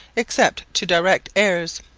except to direct heirs.